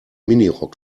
minirock